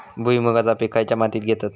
भुईमुगाचा पीक खयच्या मातीत घेतत?